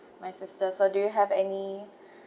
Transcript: my sister so do you have any